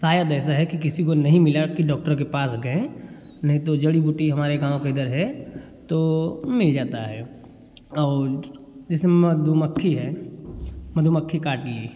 शायद ऐसा है कि किसी को नहीं मिला कि डॉक्टर के पास गए नहीं तो जड़ी बूटी हमारे गाँव के इधर है तो मिल जाता है और जैसे मधुमक्खी है मधुमक्खी काट ली